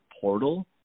portal –